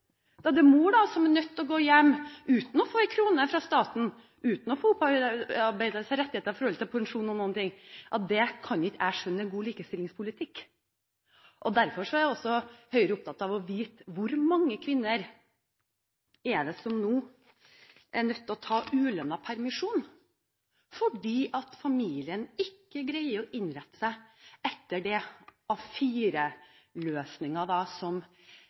uten å få en krone fra staten, uten å få opparbeidet seg rettigheter i forhold til pensjon o.l. Det kan jeg ikke skjønne er god likestillingspolitikk. Derfor er Høyre opptatt av å vite hvor mange kvinner det er nå som er nødt til å ta ulønnet permisjon fordi familien ikke greier å innrette seg etter den A4-løsningen som regjeringen legger opp til. For mennesker som